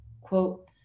Quote